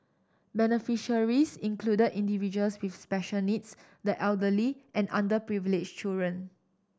beneficiaries included individuals with special needs the elderly and underprivileged children